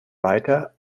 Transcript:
weiter